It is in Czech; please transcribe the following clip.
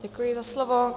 Děkuji za slovo.